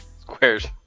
Squares